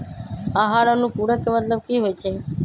आहार अनुपूरक के मतलब की होइ छई?